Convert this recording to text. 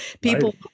people